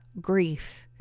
grief